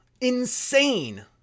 Insane